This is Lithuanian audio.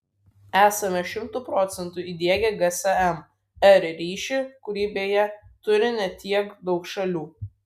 esame šimtu procentų įdiegę gsm r ryšį kurį beje turi ne tiek daug šalių